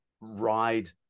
ride